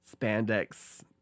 spandex